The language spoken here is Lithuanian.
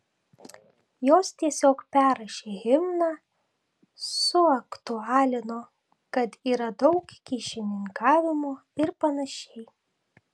jos tiesiog perrašė himną suaktualino kad yra daug kyšininkavimo ir panašiai